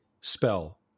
spell